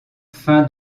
fin